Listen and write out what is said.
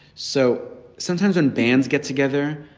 so sometimes when bands get together,